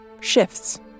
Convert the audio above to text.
shifts